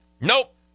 Nope